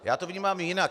Já to vnímám jinak.